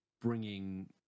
bringing